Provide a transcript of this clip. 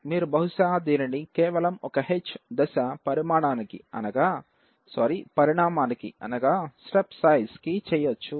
మీరు బహుశ దీనిని కేవలం ఒక్క h దశ పరిణామానికి కి చెయ్యచ్చు